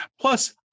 Plus